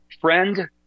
friend